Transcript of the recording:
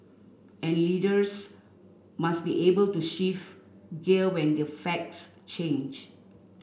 and leaders must be able to shift gear when the facts change